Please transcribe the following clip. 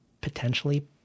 potentially